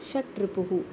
षड्रिपुः